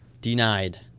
Denied